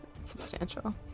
substantial